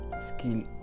skill